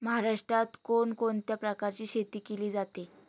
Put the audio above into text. महाराष्ट्रात कोण कोणत्या प्रकारची शेती केली जाते?